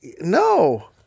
no